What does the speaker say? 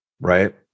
right